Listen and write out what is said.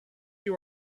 you